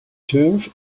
turf